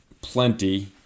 plenty